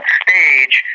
stage